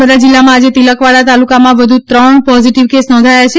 નર્મદા જિલ્લામાં આજે તિલકવાડા તાલુકામા વધુ ત્રણ પોઝિટીવ કેસ નોંધાયા છે